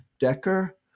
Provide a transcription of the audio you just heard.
Decker